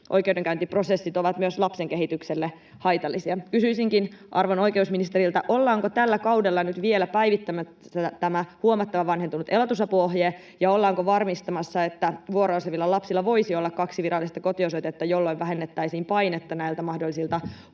oikeudenkäyntiprosessit ovat myös lapsen kehitykselle haitallisia. Kysyisinkin arvon oikeusministeriltä: ollaanko tällä kaudella nyt vielä päivittämässä tämä huomattavan vanhentunut elatusapuohje ja ollaanko varmistamassa, että vuoroasuvilla lapsilla voisi olla kaksi virallista kotiosoitetta, jolloin vähennettäisiin painetta näiltä mahdollisilta